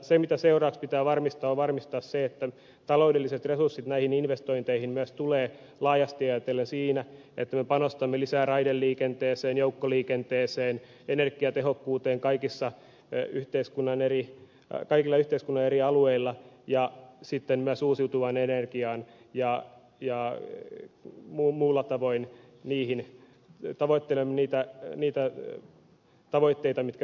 se mikä seuraavaksi pitää tehdä on varmistaa että taloudelliset resurssit näihin investointeihin myös tulee laajasti ajatellen siten että me panostamme lisää raideliikenteeseen joukkoliikenteeseen energiatehokkuuteen kaikilla yhteiskunnan eri alueilla ja sitten myös uusiutuvaan energiaan ja muilla tavoin tavoittelemme niitä tavoitteita mitkä meille on asetettu